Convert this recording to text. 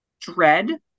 dread